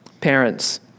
Parents